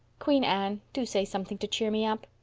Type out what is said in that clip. queen anne, do say something to cheer me up.